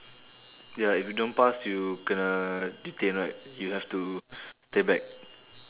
ya if you don't pass you kena detain right you have to stay back